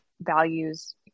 values